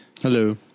Hello